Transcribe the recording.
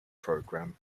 program